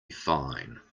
fine